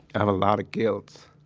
have a lot of guilt